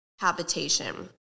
habitation